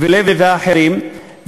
לבני ואחרים,